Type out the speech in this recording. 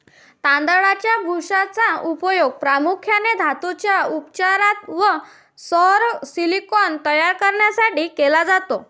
तांदळाच्या भुशाचा उपयोग प्रामुख्याने धातूंच्या उपचारात व सौर सिलिकॉन तयार करण्यासाठी केला जातो